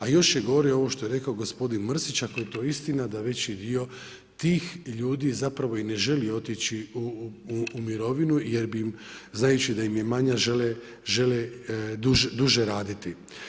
A još je gore ovo što je rekao gospodin Mrsić, ako je to istina, da veći dio tih ljudi i ne želi otići u mirovinu jer znajući da im je manja žele duže raditi.